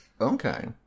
Okay